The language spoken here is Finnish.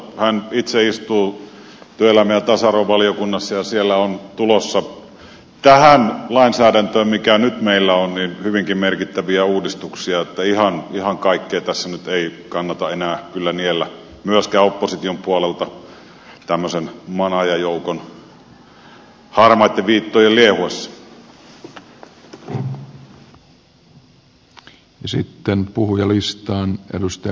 hän itse istuu työelämä ja tasa arvovaliokunnassa ja siellä on tulossa tähän lainsäädäntöön mikä nyt meillä on hyvinkin merkittäviä uudistuksia joten ihan kaikkea tässä nyt ei kannata enää kyllä niellä myöskään opposition puolelta tämmöisen manaajajoukon harmaitten viittojen liehuessa